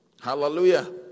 Hallelujah